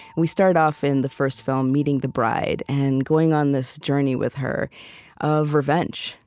we start off in the first film meeting the bride and going on this journey with her of revenge.